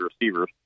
receivers